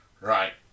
Right